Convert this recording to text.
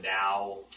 now